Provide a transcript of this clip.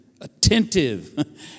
attentive